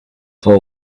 four